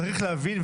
צריך להבין,